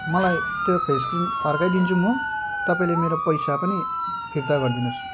मलाई त्यो face cream फर्काइदिन्छु म तपाईँले मेरो पैसा पनि फिर्ता गरिदिनु होस्